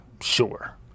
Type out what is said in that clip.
Sure